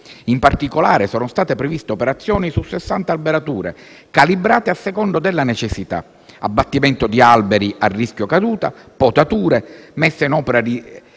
In particolare, sono state previste operazioni su 60 alberature, calibrate a seconda della necessità: abbattimento di alberi a rischio caduta, potature, messa in opera di